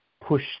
Push